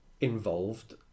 involved